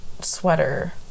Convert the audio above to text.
sweater